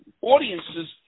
audiences